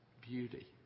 beauty